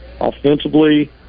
offensively